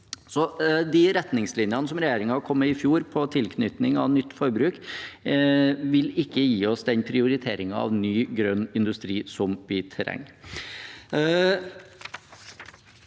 De retningslinjene som regjeringen kom med i fjor om tilknytning av nytt forbruk, vil ikke gi oss den prioriteringen av ny grønn industri som vi trenger.